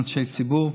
אנשי ציבור,